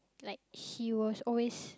like he was always